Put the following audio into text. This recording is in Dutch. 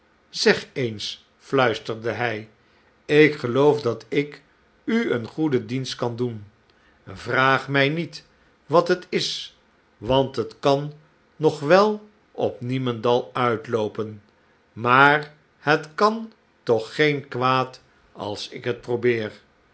zeg eens fiuisterde'hij ik geloof dat ik u een goeden dienst kan doen vraag mij niet wat het is want het kan nog wel op niemendal uitloopen maar het kan toch geen kwaad als ik het probeer